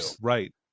Right